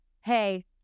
Hey